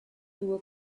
tuvo